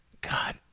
God